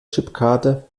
chipkarte